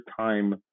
time